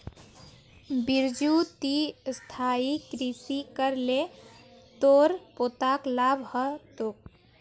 बिरजू ती स्थायी कृषि कर ल तोर पोताक लाभ ह तोक